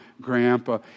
grandpa